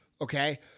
Okay